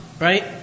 right